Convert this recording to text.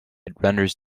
renders